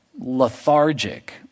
lethargic